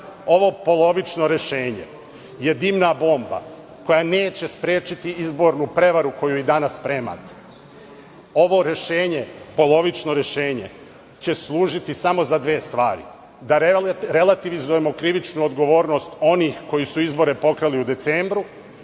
ovo polovično rešenje je dimna bomba koja neće sprečiti izbornu prevaru koju danas spremate. Ovo rešenje, polovično rešenje će služiti samo za dve stvari, da relativizujemo krivičnu odgovornost onih koji su izbore pokrali u decembru